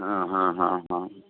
हँ हँ हँ हँ